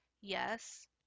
yes